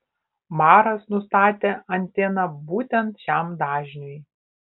maras nustatė anteną būtent šiam dažniui